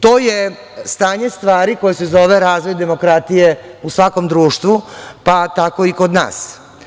To je stanje stvari koje se zove razvoj demokratije u svakom društvu, pa tako i kod nas.